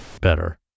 better